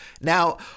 Now